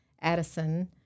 Addison